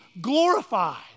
glorified